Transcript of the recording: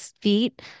feet